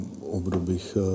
obdobích